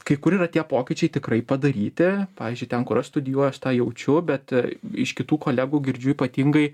kai kur yra tie pokyčiai tikrai padaryti pavyzdžiui ten kur aš studijuoju aš tą jaučiu bet iš kitų kolegų girdžiu ypatingai